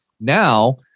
now